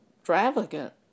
extravagant